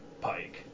Pike